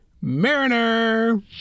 Mariner